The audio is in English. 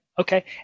okay